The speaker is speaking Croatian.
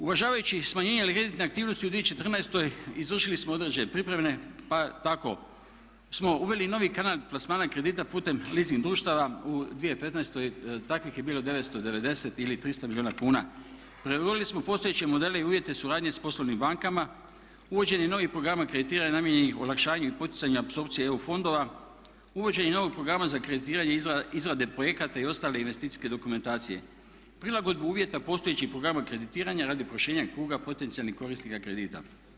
Uvažavajući smanjenje … aktivnosti u 2014.izvršili smo određene pripreme pa tako smo uvali i novi kanal plasmana kredita putem leasing društava, u 2015.takvih je bilo 990 ili 300 milijuna kuna. … postojeće modele i uvjete suradnje sa poslovnim bankama, uvođenje novih programa kreditiranja namijenjenih olakšanju i poticanju apsorpcije EU fondova, uvođenje novog programa za kreditiranje i izrade projekata i ostale investicijske dokumentacije, prilagodbu uvjeta postojećih programa kreditiranja radi proširenja kruga potencijalnih korisnika kredita.